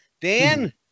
Dan